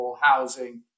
housing